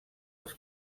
als